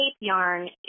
yarn